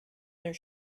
their